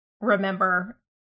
remember